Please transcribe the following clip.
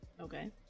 Okay